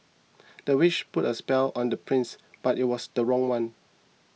the witch put a spell on the prince but it was the wrong one